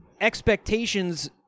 expectations